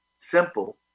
simple